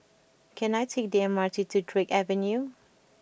can I take the M R T to Drake Avenue